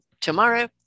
Tomorrow